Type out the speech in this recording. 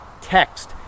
text